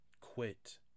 quit